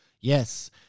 Yes